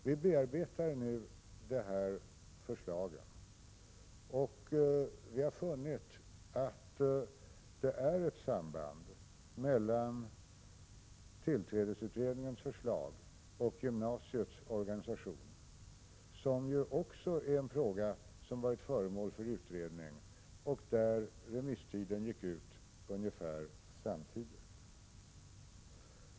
Vi bearbetar nu de här förslagen, och vi har funnit att det finns ett samband mellan tillträdesutredningens förslag och gymnasiets organisation, som ju också är en fråga som varit föremål för utredning och där remisstiden gick ut ungefär samtidigt.